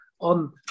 on